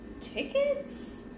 tickets